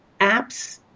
apps